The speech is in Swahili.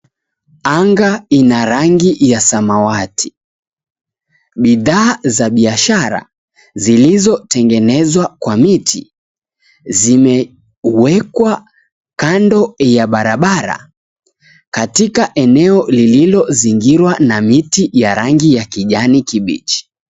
Anga ina rangi ya samawati. Bidhaa za biashara zilizotengenezwa kwa miti zimewekwa kando ya barabara katika eneo lililozingirwa na miti ya rangi ya kijani kibichi.